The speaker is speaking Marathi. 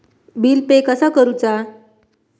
बिल पे कसा करुचा?